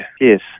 yes